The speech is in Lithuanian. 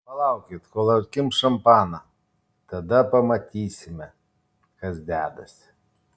palaukit kol atkimš šampaną tada pamatysime kas dedasi